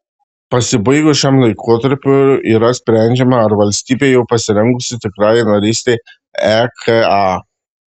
pasibaigus šiam laikotarpiui yra sprendžiama ar valstybė jau pasirengusi tikrajai narystei eka